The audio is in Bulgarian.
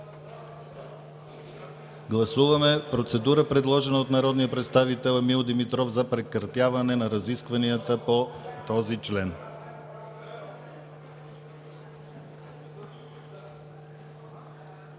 Гласуваме предложената процедура от народния представител Емил Димитров за прекратяване на разискванията по този член.